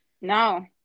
No